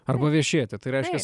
arba viešėti tai reiškias